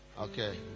Okay